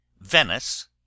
Venice